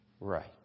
Right